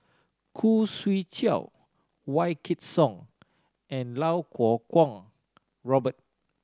Khoo Swee Chiow Wykidd Song and Iau Kuo Kwong Robert